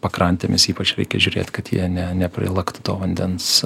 pakrantėmis ypač reikia žiūrėt kad jie ne neprilaktų to vandens